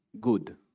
Good